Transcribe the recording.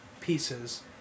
pieces